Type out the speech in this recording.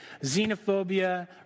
xenophobia